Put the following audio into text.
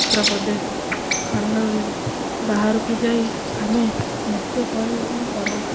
ଉତ୍ତରପ୍ରଦେଶ ଖଣ୍ଡଗିରି ବାହାରକୁ ଯାଇ ଆମେ ନୃତ୍ୟ ପରିବେଷଣ କରୁ